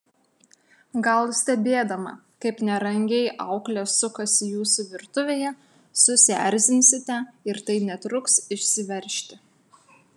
gal stebėdama kaip nerangiai auklė sukasi jūsų virtuvėje susierzinsite ir tai netruks išsiveržti